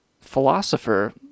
philosopher